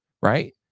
right